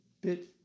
bit